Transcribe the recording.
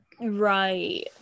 Right